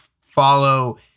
follow